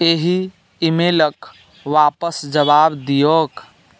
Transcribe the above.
एहि ईमेलके आपस जवाब दिऔक